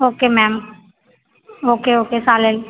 okay ma'am okay okay चालेल